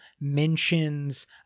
mentions